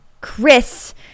Chris